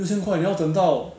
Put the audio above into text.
六千块也要等到